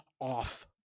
off